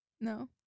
No